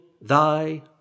thy